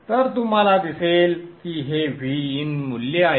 तर तुम्हाला दिसेल की हे Vin मूल्य आहे